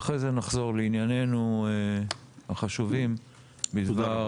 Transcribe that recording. ואחרי זה נחזור לענייננו החשובים בעניין